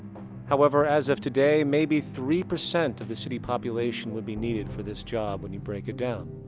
however, as of today, maybe three percent of the city population would be needed for this job when you break it down.